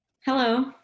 Hello